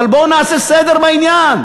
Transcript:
אבל בואו נעשה סדר בעניין.